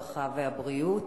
הרווחה והבריאות.